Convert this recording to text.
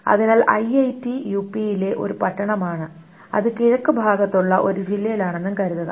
അതിനാൽ ഐഐടി യുപിയിലെ ഒരു പട്ടണമാണ് അത് കിഴക്ക് ഭാഗത്തുള്ള ഒരു ജില്ലയിലാണെന്നും കരുതുക